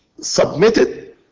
submitted